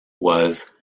was